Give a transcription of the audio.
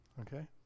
Okay